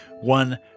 one